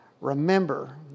remember